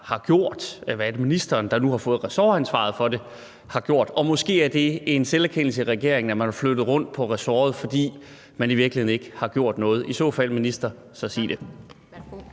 har gjort? Hvad er det, ministeren, der nu har fået ressortansvaret for det, har gjort? Og måske er det en selverkendelse i regeringen, at man har flyttet rundt på ressortet, fordi man i virkeligheden ikke har gjort noget. I så fald, minister, sig det.